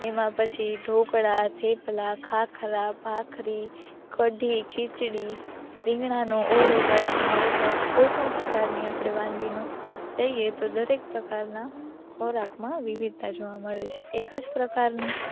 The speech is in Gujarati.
એમાં પછી ઢોકળા થેપલા ખાખરા ભાખરી કઢી ખીચડી રીંગણાંનો ઓળો કે બાજરીના રોટલા કે કોઈપણ પ્રકારની આપણે વાનગીનું લઇએ તો દરેક પ્રકારના ખોરાકમાં વિવિધતા જોવા મળે છે એક જ પ્રકારની